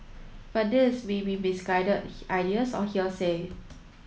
but these may be misguided ideas or hearsay